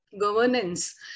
governance